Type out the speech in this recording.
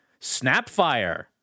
Snapfire